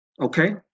Okay